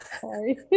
Sorry